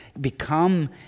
become